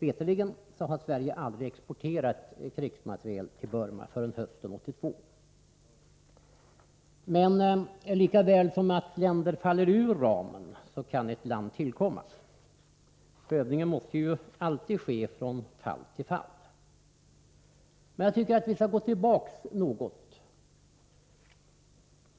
Veterligen har Sverige aldrig exporterat krigsmateriel till Burma förrän hösten 1982. Men lika väl som länder faller ur ramen så kan ett land tillkomma. Prövningen måste ju alltid ske från fall till fall. Men jag tycker att vi skall gå tillbaka något